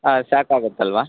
ಹಾಂ ಸಾಕಾಗುತ್ತಲ್ಲವಾ